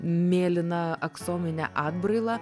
mėlyną aksominę atbrailą